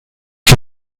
die